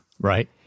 Right